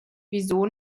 wieso